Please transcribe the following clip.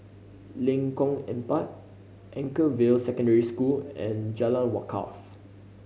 Lengkong Empat Anchorvale Secondary School and Jalan Wakaff